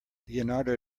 leonardo